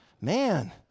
man